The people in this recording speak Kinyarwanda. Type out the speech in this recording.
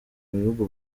bihugu